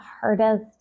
hardest